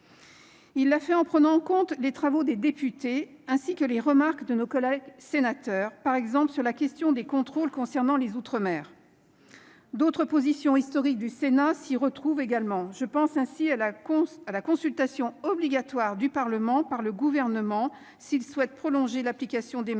Il l'a fait en prenant en compte les travaux des députés, ainsi que les remarques de nos collègues sénateurs, par exemple sur la question des contrôles concernant les outre-mer. Oui ! D'autres positions historiques du Sénat s'y retrouvent également. Je pense par exemple à la consultation obligatoire du Parlement par le Gouvernement si ce dernier souhaite prolonger l'application des mesures